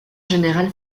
général